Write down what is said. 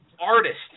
artists